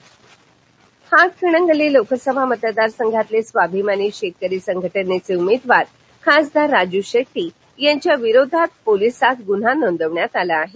शेड्टी कोल्हापर हातकणगले लोकसभा मतदार संघातले स्वाभिमानी शेतकरी संघटनेचे उमेदवार खासदार राजू शेट्टी यांच्या विरोधात पोलिसात गुन्हा नोंदवण्यात आला आहे